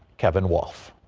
kevin wolf.